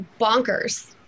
bonkers